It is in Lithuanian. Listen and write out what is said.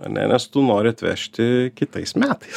ane nes tu nori atvežti kitais metais